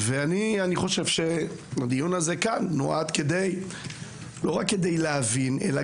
אני חושב שהדיון הזה כאן נועד לא רק כדי להבין אלא